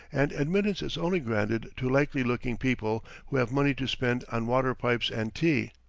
and admittance is only granted to likely-looking people who have money to spend on water-pipes and tea.